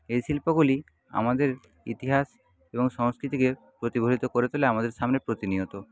এই শিল্পগুলি আমাদের ইতিহাস এবং সংস্কৃতিকে প্রতিফলিত করে তোলে আমাদের সামনে প্রতিনিয়ত